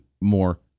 more